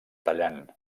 tallant